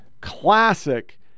classic